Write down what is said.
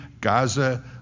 Gaza